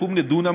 סכום לדונם,